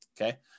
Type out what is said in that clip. okay